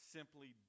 Simply